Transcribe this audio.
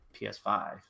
PS5